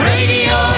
Radio